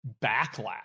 backlash